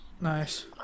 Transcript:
Nice